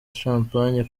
champagne